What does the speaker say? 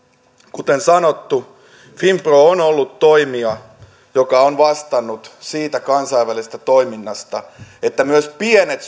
kuten sanottu finpro on ollut toimija joka on vastannut siitä kansainvälisestä toiminnasta että myös pienet